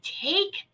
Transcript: take